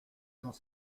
dans